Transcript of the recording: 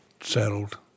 settled